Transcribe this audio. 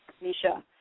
Misha